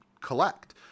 collect